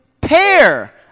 pair